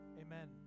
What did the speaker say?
Amen